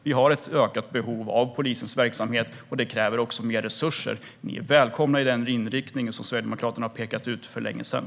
Vi har ett ökat behov av polisens verksamhet, vilket också kräver mer resurser. Ni är välkomna till den inriktning som Sverigedemokraterna har pekat ut för länge sedan.